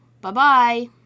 Bye-bye